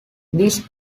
these